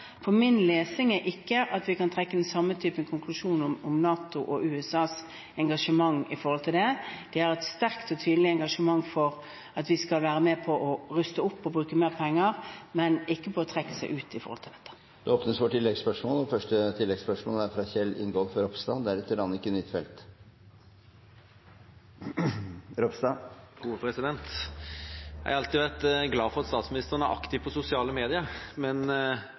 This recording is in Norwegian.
for min lesning er ikke at vi kan trekke den samme typen konklusjon om NATO og USAs engasjement her. De har et sterkt og tydelig engasjement for at vi skal være med på å ruste opp og bruke mer penger, men ikke på å trekke seg ut. Det blir oppfølgingsspørsmål – først Kjell Ingolf Ropstad. Jeg har alltid vært glad for at statsministeren er aktiv på sosiale medier, men Trump er kanskje litt for aktiv, så jeg er glad for at det ikke er så mye av politikken som styres der. Men